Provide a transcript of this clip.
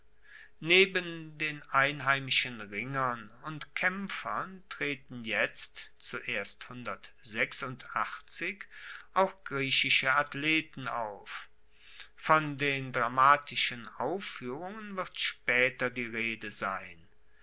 neben den einheimischen ringern und kaempfern treten jetzt auch griechische athleten auf von den dramatischen auffuehrungen wird spaeter die rede sein